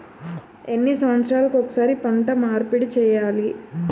ఎన్ని సంవత్సరాలకి ఒక్కసారి పంట మార్పిడి చేయాలి?